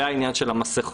וגם העניין של המסכות.